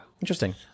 Interesting